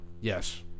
Yes